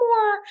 more